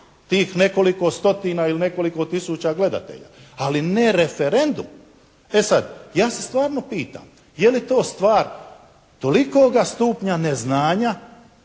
tih nekoliko stotina ili nekoliko tisuća gledatelja. Ali ne referendum. E sad. Ja se stvarno pitam, je li to stvar tolikoga stupnja neznanja